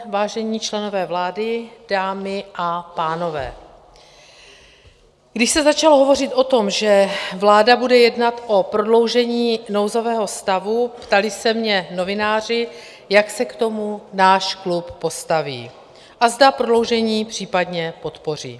Vážení členové vlády, dámy a pánové, když se začalo hovořit o tom, že vláda bude jednat o prodloužení nouzového stavu, ptali se mě novináři, jak se k tomu náš klub postaví a zda prodloužení případně podpoří.